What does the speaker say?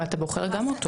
אבל אתה בוחר גם אותו.